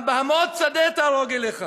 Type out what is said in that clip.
גם בהמות שדה תערוג אליך